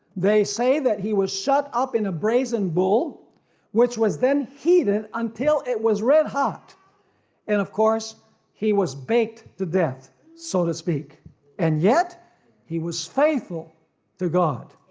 they say that he was shut up in a brazen bull which was then heated until it was red-hot and of course he was baked to death sort so to speak and yet he was faithful to god.